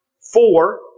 four